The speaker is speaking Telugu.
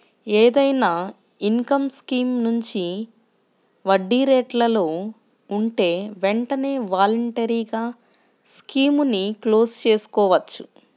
ఏదైనా ఇన్కం స్కీమ్ మంచి వడ్డీరేట్లలో ఉంటే వెంటనే వాలంటరీగా స్కీముని క్లోజ్ చేసుకోవచ్చు